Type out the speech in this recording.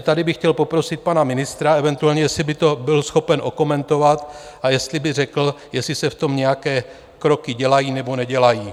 Tady bych chtěl poprosit pana ministra eventuálně, jestli by to byl schopen okomentovat a jestli by řekl, jestli se v tom nějaké kroky dělají, nebo nedělají.